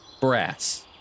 Brass